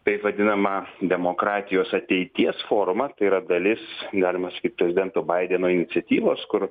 taip vadinama demokratijos ateities forumą tai yra dalis galima sakyt prezidento baideno iniciatyvos kur